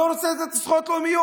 לא רוצה לתת לו זכויות לאומיות.